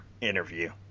interview